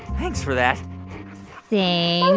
thanks for that sing.